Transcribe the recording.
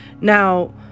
Now